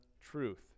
truth